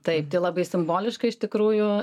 taip labai simboliška iš tikrųjų